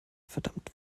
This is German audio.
verdammt